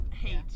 hate